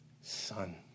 Son